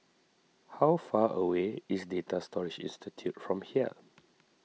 how far away is Data Storage Institute from here